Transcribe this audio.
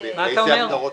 מה אתה אומר?